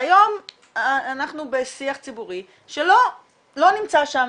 והיום אנחנו בשיח ציבורי שלא נמצא שם,